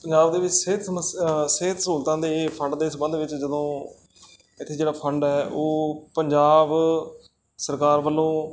ਪੰਜਾਬ ਦੇ ਵਿੱਚ ਸਿਹਤ ਸਮੱਸਿਆ ਸਿਹਤ ਸਹੂਲਤਾਂ ਦੇ ਫੰਡ ਦੇ ਸੰਬੰਧ ਵਿੱਚ ਜਦੋਂ ਇੱਥੇ ਜਿਹੜਾ ਫੰਡ ਹੈ ਉਹ ਪੰਜਾਬ ਸਰਕਾਰ ਵੱਲੋਂ